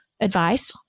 Advice